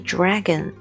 Dragon